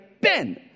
Ben